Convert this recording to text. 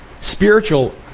Spiritual